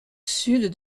sud